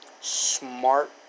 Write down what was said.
smart